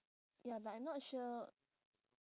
ya but I'm not sure